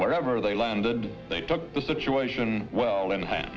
wherever they landed they took the situation well in h